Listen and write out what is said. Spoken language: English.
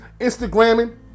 Instagramming